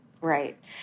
Right